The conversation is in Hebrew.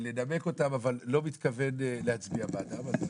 לנמק אותן, אבל לא מתכוון להצביע בעדן.